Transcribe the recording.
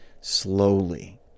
slowly